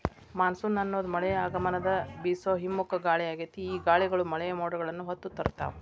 monsoon ಅನ್ನೋದು ಮಳೆಯ ಆಗಮನದ ಬೇಸೋ ಹಿಮ್ಮುಖ ಗಾಳಿಯಾಗೇತಿ, ಈ ಗಾಳಿಗಳು ಮಳೆಯ ಮೋಡಗಳನ್ನ ಹೊತ್ತು ತರ್ತಾವ